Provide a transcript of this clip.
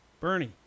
bernie